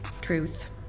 Truth